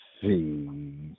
see